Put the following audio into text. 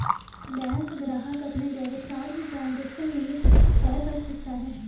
bank ग्राहक अपने debit card की ट्रांज़ैक्शन लिमिट तय कर सकता है